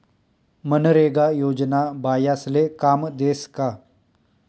मनरेगा योजना बायास्ले काम देस का?